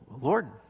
Lord